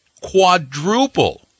Quadruple